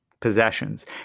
possessions